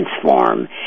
transform